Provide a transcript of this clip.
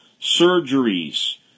surgeries